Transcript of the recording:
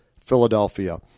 Philadelphia